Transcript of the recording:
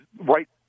right